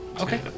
Okay